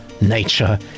nature